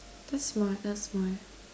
that's smart that's smart